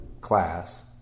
class